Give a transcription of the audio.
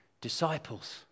Disciples